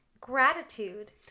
gratitude